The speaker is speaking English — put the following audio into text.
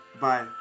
bye